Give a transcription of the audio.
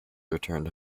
returned